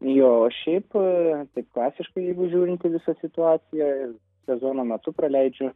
jo o šiaip taip klasiškai jeigu žiūrint į visą situaciją sezono metu praleidžiu